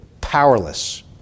powerless